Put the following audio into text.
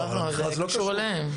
זה לא קשור אליהם.